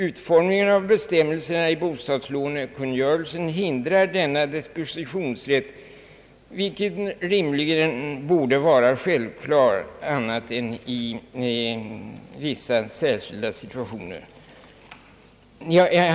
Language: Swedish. Utformningen av bestämmelserna i bostadslånekungörelsen hindrar denna dispositionsrätt, vilken rimligen borde vara självklar, utom i vissa särskilda situationer.